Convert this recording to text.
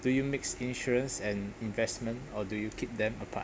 do you mix insurance and investment or do you keep them apart